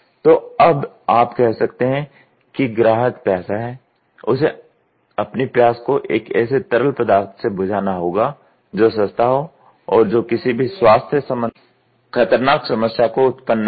तो अब आप कह सकते हैं कि ग्राहक प्यासा है उसे अपनी प्यास को एक ऐसे तरल पदार्थ से बुझाना होगा जो सस्ता हो और जो किसी भी स्वास्थ्य संबंधी खतरनाक समस्या को उत्पन्न न करे